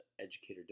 Educator